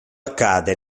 accade